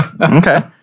Okay